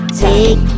take